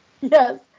Yes